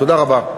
תודה רבה.